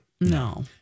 No